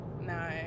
No